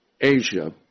Asia